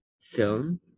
film